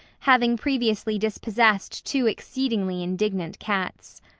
having previously dispossessed two exceedingly indignant cats.